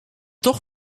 toch